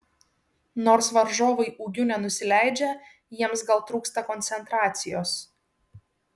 nors varžovai ūgiu nenusileidžia jiems gal trūksta koncentracijos